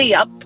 up